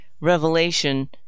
Revelation